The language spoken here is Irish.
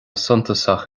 suntasach